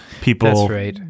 people